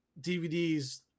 DVDs